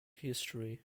history